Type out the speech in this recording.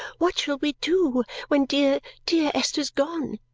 what shall we do when dear, dear esther's gone!